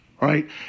right